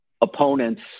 opponents